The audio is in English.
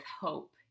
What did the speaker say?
hope